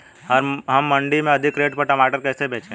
हम मंडी में अधिक रेट पर टमाटर कैसे बेचें?